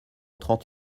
trente